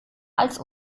als